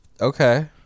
okay